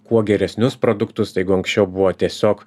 kuo geresnius produktus tai jeigu anksčiau buvo tiesiog